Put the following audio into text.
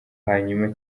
hanyuma